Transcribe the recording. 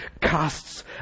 casts